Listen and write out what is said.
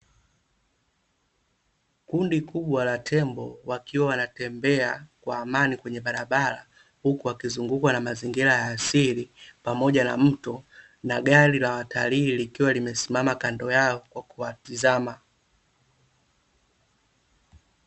Kundi kubwa la tembo wakiwa wanatembea kwa amani kwenye barabara huku wakizungukwa na mazingira ya asili pamoja na mto na gari la watalii likiwa limesimama kando yao kwa kuwatizama.